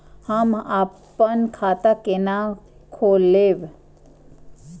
हम अपन खाता केना खोलैब?